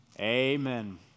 Amen